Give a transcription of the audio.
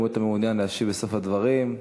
שאם אתה מעוניין להשיב בסוף הדברים,